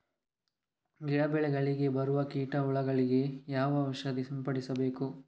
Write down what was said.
ಗಿಡ, ಬೆಳೆಗಳಿಗೆ ಬರುವ ಕೀಟ, ಹುಳಗಳಿಗೆ ಯಾವ ಔಷಧ ಸಿಂಪಡಿಸಬೇಕು?